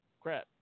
crap